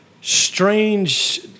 strange